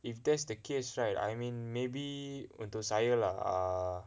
if that's the case right I mean maybe untuk saya lah err